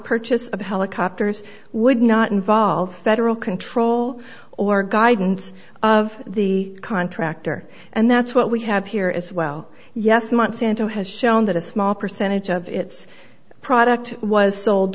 purchase of helicopters would not involve federal control or guidance of the contractor and that's what we have here as well yes monsanto has shown that a small percentage of its product was sold